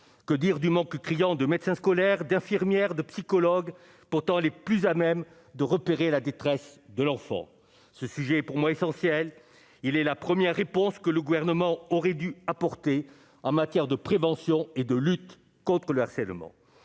que dire du manque criant de médecins scolaires, d'infirmières, de psychologues, pourtant les plus à même de repérer la détresse de l'enfant, ce sujet est pour moi essentiel : il est la première réponse que le gouvernement aurait dû apporter en matière de prévention et de lutte contre le harcèlement